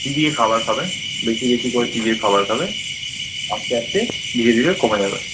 চিবিয়ে খাবার খাবে বেশি বশি করে চিবিয়ে খাবার খাবে আস্তে আস্তে ধীরে ধীরে কমে যাবে